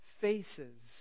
faces